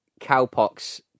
cowpox